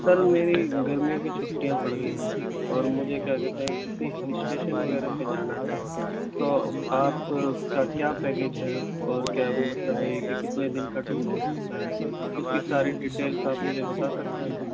سر میری گرمیوں کی چھٹیاں پڑ گئی ہیں اور مجھے کیا کہتے ہیں کسی ہل اسٹیشن وغیرہ پہ جانا ہے تو آپ کیا کیا پیکج ہے اور کیا مطلب یہ ہے کہ کتنے دن کا ٹور ہو سکتا ہے اس کی ساری ڈیٹیلس آپ مجھے بتا سکتے ہیں